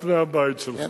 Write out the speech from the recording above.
על פני הבית שלך.